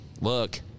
Look